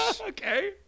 okay